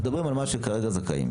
אנחנו מדברים על מי שכרגע זכאים.